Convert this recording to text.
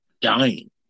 dying